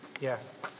Yes